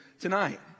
tonight